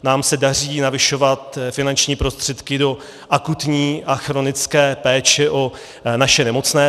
Nám se daří navyšovat finanční prostředky do akutní a chronické péče o naše nemocné.